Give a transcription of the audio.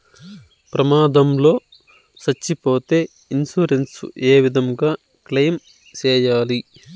ప్రమాదం లో సచ్చిపోతే ఇన్సూరెన్సు ఏ విధంగా క్లెయిమ్ సేయాలి?